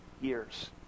years